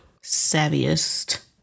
savviest